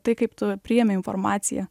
tai kaip tu priimi informaciją